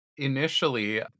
Initially